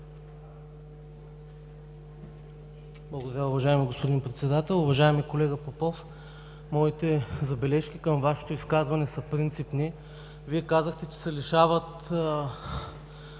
Благодаря, уважаеми господин Председател. Уважаеми колега Попов, моите забележки към Вашето изказване са принципни. Вие казахте, че се лишават